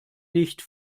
nicht